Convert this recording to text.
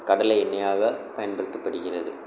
கடலை எண்ணெயாக பயன்படுத்தப்படுகிறது